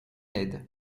aide